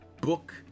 book